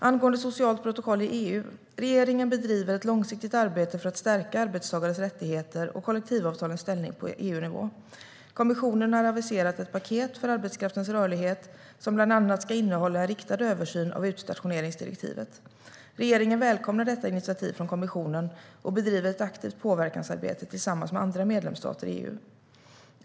Angående socialt protokoll i EU: Regeringen bedriver ett långsiktigt arbete för att stärka arbetstagares rättigheter och kollektivavtalens ställning på EU-nivå. Kommissionen har aviserat ett paket för arbetskraftens rörlighet som bland annat ska innehålla en riktad översyn av utstationeringsdirektivet. Regeringen välkomnar detta initiativ från kommissionen och bedriver ett aktivt påverkansarbete tillsammans med andra medlemsstater i EU.